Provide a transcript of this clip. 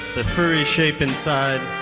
the furry shape inside